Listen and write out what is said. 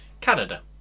Canada